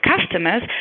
customers